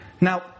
Now